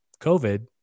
COVID